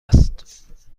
است